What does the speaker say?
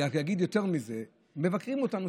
אני רק אגיד יותר מזה: מבקרים אותנו,